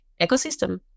ecosystem